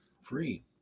free